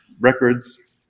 records